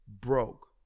broke